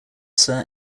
sir